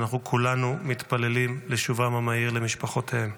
ואנחנו כולנו מתפללים לשובם המהיר למשפחותיהם.